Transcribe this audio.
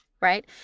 right